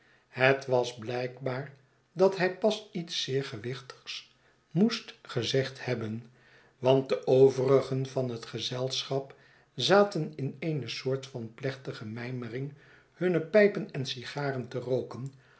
het was blijkbaar dat hij pas iets zeer gewichtigs moest gezegd hebben want de overigen van het gezelschap zaten in eene soort van plechtige mijmering hunne pijpen en sigaren te rooken